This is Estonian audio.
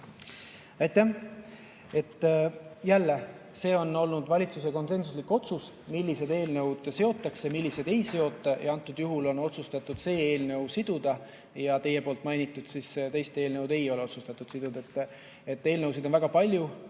Aitäh! Jälle, see on olnud valitsuse konsensuslik otsus, millised eelnõud seotakse [usaldusega], millised ei seota. Antud juhul on otsustatud see eelnõu siduda ja teie mainitud teist eelnõu ei ole otsustatud siduda. Eelnõusid on väga palju